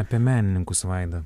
apie menininkus vaida